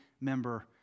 member